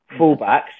fullbacks